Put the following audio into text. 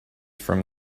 from